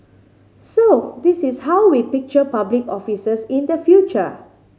so this is how we picture public officers in the future